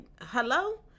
hello